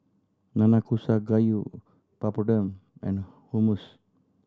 Nanakusa Gayu Papadum and Hummus